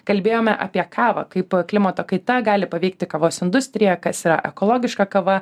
kalbėjome apie kavą kaip klimato kaita gali paveikti kavos industriją kas yra ekologiška kava